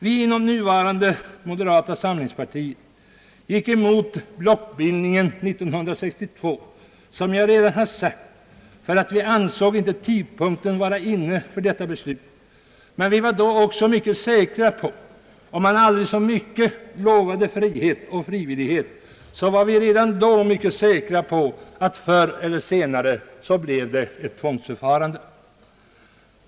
Vi inom nuvarande moderata samlingspartiet gick emot blockbildningen 1962, som jag redan har sagt, därför att vi inte ansåg att tidpunkten var inne för detta beslut. Men vi var också redan då mycket säkra på att om man aldrig så mycket lovade frihet och frivillighet skulle det förr eller senare bli ett tvångsförfarande.